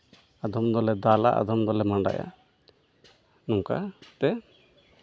ᱟᱫᱚᱢ ᱫᱚᱞᱮ ᱫᱟᱞᱟ ᱟᱫᱚᱢ ᱫᱚᱞᱮ ᱢᱟᱸᱰᱟᱭᱟ ᱱᱚᱝᱠᱟ ᱛᱮ